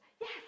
Yes